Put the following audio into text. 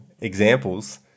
examples